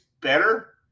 better